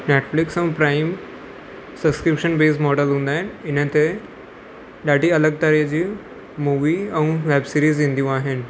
Netflix ऐं Prime subscription based model हूंदा आहिनि इन्हनि ते ॾाढी अलॻि तरह जी मूवी ऐं वैबसीरीस ईंदियूं आहिनि